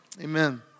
Amen